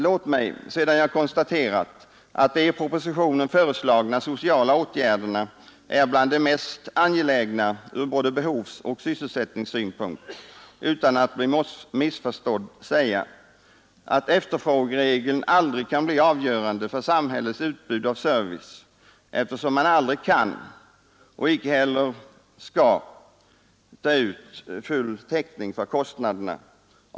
Låt mig sedan jag konstaterat att de i propositionen föreslagna sociala åtgärderna är bland de mest angelägna ur både behovsoch sysselsättningssynpunkt utan att bli missförstådd säga, att efterfrågeregeln aldrig kan bli avgörande för samhällets utbud av service, eftersom man aldrig kan och icke heller bör ta ut full täckning för kostnaderna.